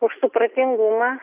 už supratingumą